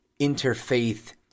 interfaith